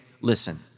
listen